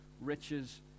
riches